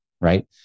right